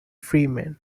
freemen